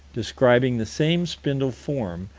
describing the same spindle-form,